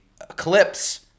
eclipse